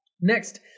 Next